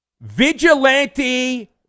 Vigilante